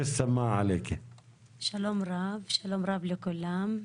שלום רב לכולם.